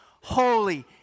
Holy